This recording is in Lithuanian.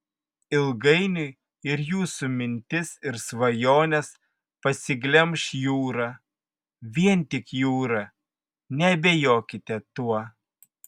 ilgainiui ir jūsų mintis ir svajones pasiglemš jūra vien tik jūra neabejokite tuo